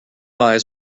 eyes